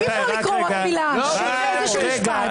אי-אפשר לקרוא רק מילה או איזה משפט.